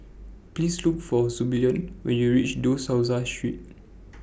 Please Look For Zebulon when YOU REACH De Souza Street